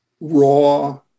raw